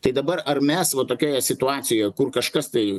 tai dabar ar mes va tokioje situacijoje kur kažkas tai